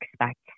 expect